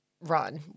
run